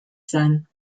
sein